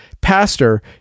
Pastor